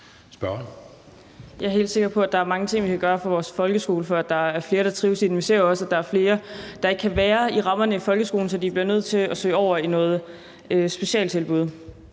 Jeg er helt sikker på, at der er mange ting, vi kan gøre for vores folkeskole, sådan at der er flere, der trives i den. Vi ser jo også, at der er flere, der ikke kan være inden for rammerne i folkeskolen, så de bliver nødt til at søge over i nogle specialtilbud.